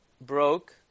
broke